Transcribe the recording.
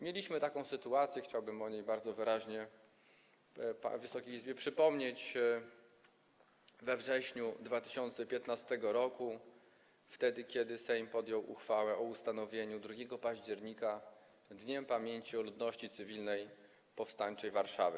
Mieliśmy taką sytuację - chciałbym o niej bardzo wyraźnie Wysokiej Izbie przypomnieć - we wrześniu 2015 r., wtedy kiedy Sejm podjął uchwałę o ustanowieniu 2 października Dniem Pamięci o Ludności Cywilnej Powstańczej Warszawy.